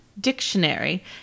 dictionary